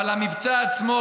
אבל המבצע עצמו,